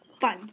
fun